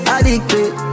Addicted